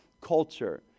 culture